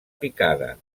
picada